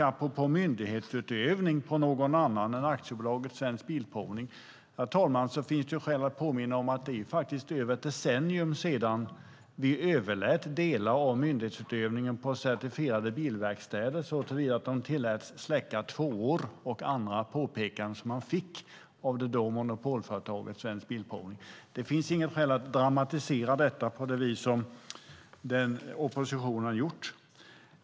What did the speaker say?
Apropå myndighetsutövning från någon annan än Aktiebolaget Svensk Bilprovning, herr talman, finns det skäl att påminna om att det faktiskt är över ett decennium sedan vi överlät delar av myndighetsutövningen på certifierade bilverkstäder såtillvida att de tilläts släcka tvåor och andra påpekanden som man fick av det dåvarande monopolföretaget Svensk Bilprovning. Det finns inget skäl att dramatisera detta på det vis som oppositionen har gjort.